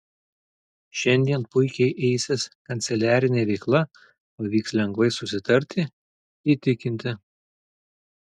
šiandien puikiai eisis kanceliarinė veikla pavyks lengvai susitarti įtikinti